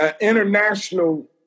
international